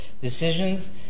decisions